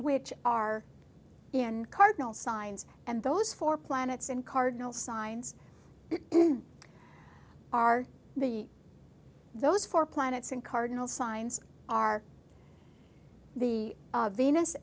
which are in cardinal signs and those four planets in cardinal signs are the those four planets in cardinal signs are the venus